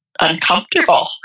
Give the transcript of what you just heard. uncomfortable